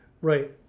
Right